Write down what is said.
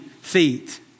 feet